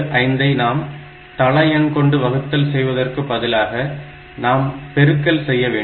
75 ஐ நாம் தள எண் கொண்டு வகுத்தல் செய்வதற்கு பதிலாக நாம் பெருக்கல் செய்ய வேண்டும்